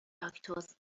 لاکتوز